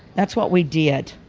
that's what we did.